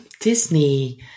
Disney